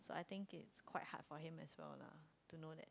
so I think it's quite hard for him as well lah to know that